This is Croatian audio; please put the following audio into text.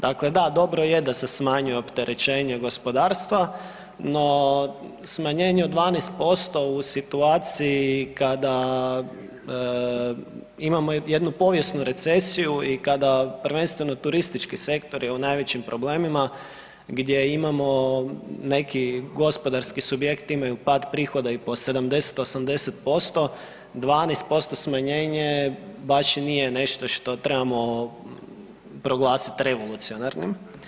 Dakle da dobro je da se smanjuje opterećenje gospodarstva, no smanjenje od 12% u situaciji kada imamo jednu povijesnu recesiju i kada prvenstveno turistički sektor je u najvećim problemima gdje imamo, neki gospodarski subjekti imaju pad prihoda i po 70-80%, 12% smanjenje baš i nije nešto što trebamo proglasit revolucionarnim.